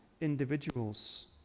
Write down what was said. individuals